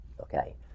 Okay